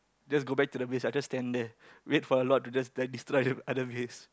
just go back to the base I just stand there wait for the lord to just just destroy other base